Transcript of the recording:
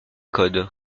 code